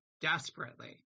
desperately